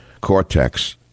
Cortex